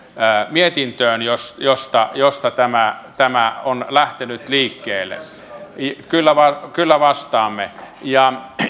mietintöön josta josta tämä tämä on lähtenyt liikkeelle kyllä vastaamme ja